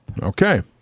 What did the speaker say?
Okay